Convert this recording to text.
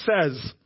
says